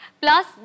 Plus